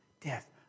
death